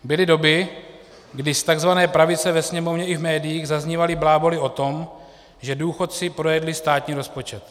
Byly doby, kdy z takzvané pravice ve Sněmovně i v médiích zaznívaly bláboly o tom, že důchodci projedli státní rozpočet.